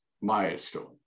milestone